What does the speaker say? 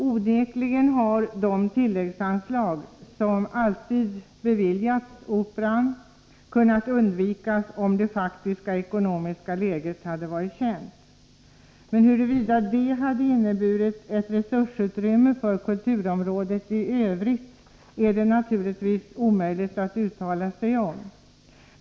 Onekligen hade de tilläggsanslag som alltid beviljats Operan kunnat undvikas om det faktiska ekonomiska läget varit känt. Huruvida det hade inneburit ett ökat resursutrymme på kulturområdet i övrigt är naturligtvis omöjligt att uttala sig om.